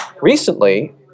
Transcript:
Recently